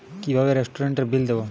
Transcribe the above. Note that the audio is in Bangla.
কিভাবে রেস্টুরেন্টের বিল দেবো?